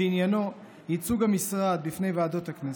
שעניינו "ייצוג המשרד בפני ועדות הכנסת",